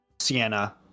Sienna